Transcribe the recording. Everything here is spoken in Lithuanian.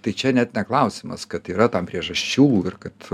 tai čia ne klausimas kad yra tam priežasčių ir kad